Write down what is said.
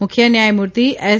મુખ્ય ન્યાયમૂર્તિ એસ